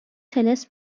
طلسم